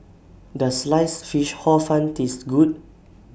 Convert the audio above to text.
Does Sliced Fish Hor Fun Taste Good